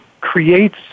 creates